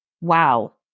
wow